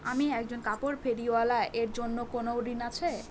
আমি একজন কাপড় ফেরীওয়ালা এর জন্য কোনো ঋণ আছে?